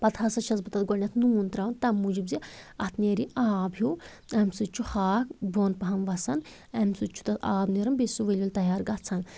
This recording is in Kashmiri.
پتہٕ ہسا چھَس بہٕ تَتھ گۄڈٕنٮ۪تھ نوٗن ترٛاوان تَمہِ موٗجوٗب زِ اَتھ نیرِ یہِ آب ہیُو تَمہِ سۭتۍ چھُ ہاکھ بوٚن پہم وَسان اَمہِ سۭتۍ چھُ تَتھ آب نیران بیٚیہِ چھِ سُہ ؤلۍ ؤلۍ تیار گژھان